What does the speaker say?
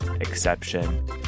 exception